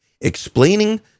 explaining